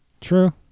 True